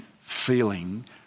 feeling